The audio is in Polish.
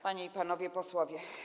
Panie i Panowie Posłowie!